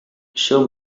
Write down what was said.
show